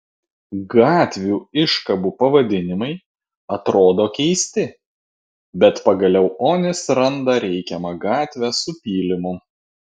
gatvių iškabų pavadinimai atrodo keisti bet pagaliau onis randa reikiamą gatvę su pylimu